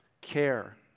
care